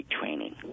training